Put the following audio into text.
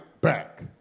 back